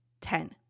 ten